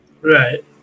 right